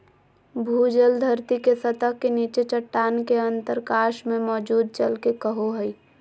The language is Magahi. भूजल धरती के सतह के नीचे चट्टान के अंतरकाश में मौजूद जल के कहो हइ